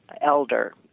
elder